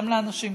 גם לאנשים דתיים,